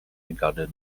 regarding